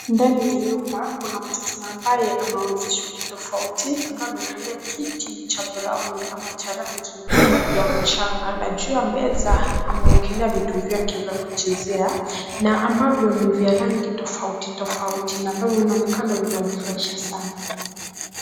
Ndani ya nyumba, kuna mtoto na ambaye amewezeshwa kitofauti ambaye amekalia kiti cha brown ama cha rangi ya mchanga na juu ya meza amewekelea vitu vyake vya kuchezea na ambavyo ni vya rangi tofauti tofauti na ambavyo vinaonekana vinamfurahisha sana.